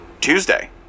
Tuesday